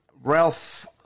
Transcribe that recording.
Ralph